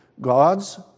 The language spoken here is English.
God's